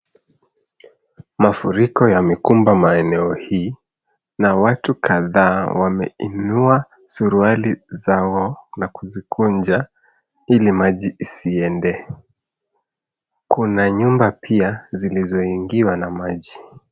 Mafuriko yamekumba maeneo hii na watu kadhaa wameinua suruali zao na kuzikunja ili maji isiende. Kuna nyumba pia zilizoingiwa na maji.